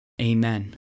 Amen